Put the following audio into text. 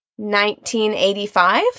1985